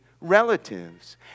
relatives